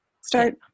Start